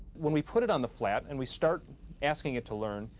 when we put it on the flat, and we start asking it to learn,